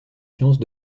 sciences